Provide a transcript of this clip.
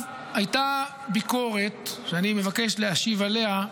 הייתה ביקורת, שאני מבקש להשיב עליה,